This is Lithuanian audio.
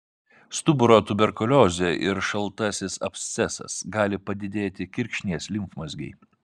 stuburo tuberkuliozė ir šaltasis abscesas gali padidėti kirkšnies limfmazgiai